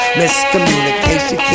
miscommunication